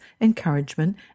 encouragement